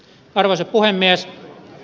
arvoisa puhemies